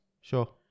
Sure